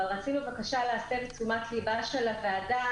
אבל רצינו בבקשה להסב את תשומת לבה של הוועדה,